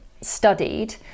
studied